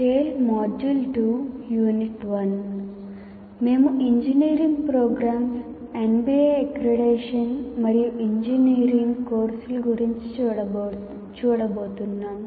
టేల్ module 2 unit 1 మేము engineering programs NBA accreditation మరియు engineering కోర్సులు గురించి చూడబోతున్నాం